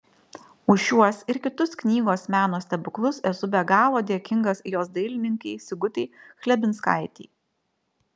už šiuos ir kitus knygos meno stebuklus esu be galo dėkingas jos dailininkei sigutei chlebinskaitei